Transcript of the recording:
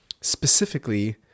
specifically